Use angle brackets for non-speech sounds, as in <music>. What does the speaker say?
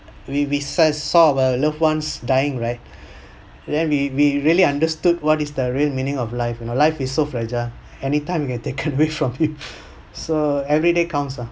we we say saw loved ones dying right then we we really understood what is the real meaning of life you know life is so fragile anytime can be taken away from you <laughs> so everyday counts lah